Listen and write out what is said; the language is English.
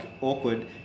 awkward